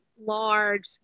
large